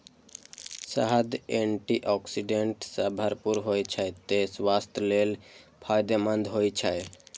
शहद antioxidant सं भरपूर होइ छै, तें स्वास्थ्य लेल फायदेमंद होइ छै